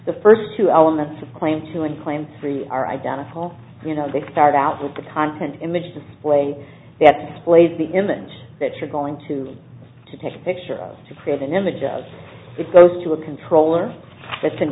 the first two elements of claim two and claim three are identical you know they start out with the content image the way that displays the image that you're going to take a picture of to create an image as it goes to a controller